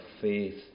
faith